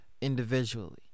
individually